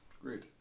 great